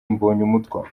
mbonyumutwa